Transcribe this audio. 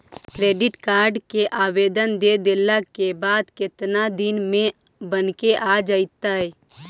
Credit card के आवेदन दे देला के बाद केतना दिन में बनके आ जइतै?